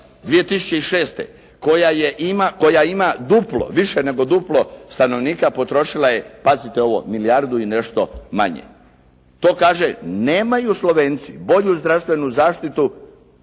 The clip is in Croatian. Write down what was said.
je, koja ima duplo, više nego duplo stanovnika potrošila je pazite ovo milijardu i nešto manje. To kaže nemaju Slovenci bolju zdravstvenu zaštitu